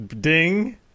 Ding